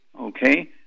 okay